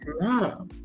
love